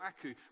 Aku